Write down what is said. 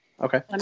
Okay